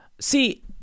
See